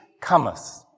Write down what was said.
cometh